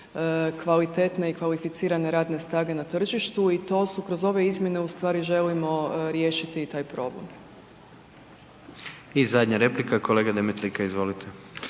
kvalitetne i kvalificirane radne snage na tržištu i to su kroz ove izmjene ustvari želimo riješiti i taj problem. **Jandroković, Gordan (HDZ)** I zadnja replika kolega Demetlika, izvolite.